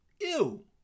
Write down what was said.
Ew